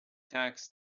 tax